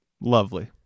Lovely